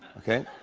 okay?